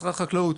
משרד החקלאות,